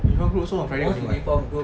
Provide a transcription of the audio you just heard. uniformed group also on friday only [what]